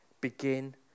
Begin